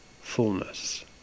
fullness